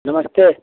नमस्ते